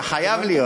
אתה חייב להיות.